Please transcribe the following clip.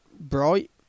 bright